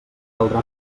caldrà